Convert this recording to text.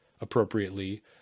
appropriately